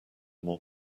more